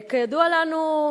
כידוע לנו,